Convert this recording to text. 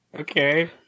okay